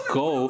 go